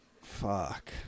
fuck